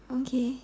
okay